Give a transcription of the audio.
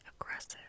aggressive